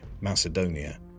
Macedonia